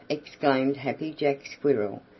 exclaimed happy jack squirrel.